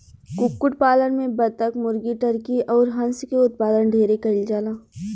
कुक्कुट पालन में बतक, मुर्गी, टर्की अउर हंस के उत्पादन ढेरे कईल जाला